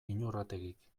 inurrategik